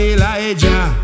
Elijah